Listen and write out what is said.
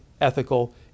ethical